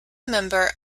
member